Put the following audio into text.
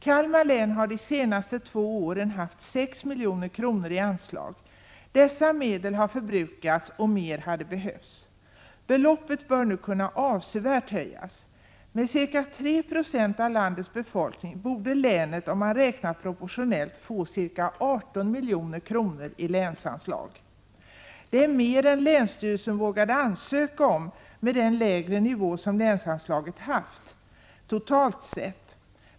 Kalmar län har de senaste två åren haft 6 milj.kr. i anslag. Dessa medel har förbrukats, och mer hade behövts. Beloppet bör nu avsevärt kunna höjas. Med ca 3 96 av landets befolkning borde länet, om man räknar proportionellt, få ca 18 milj.kr. i länsanslag. Det är mer än länsstyrelsen vågade ansöka om med den lägre nivå som länsanslaget haft totalt sett.